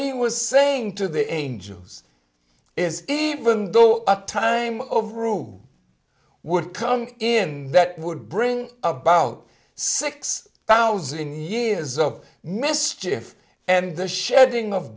he was saying to the angels is even though the time of room would come in that would bring about six thousand years of mischief and the shedding of